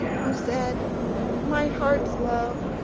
who said my heart's love,